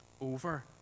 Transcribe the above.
over